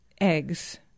eggs